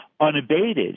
unabated